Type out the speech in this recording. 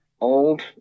old